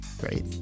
Great